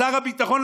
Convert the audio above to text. לשר הביטחון,